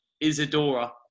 Isadora